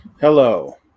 Hello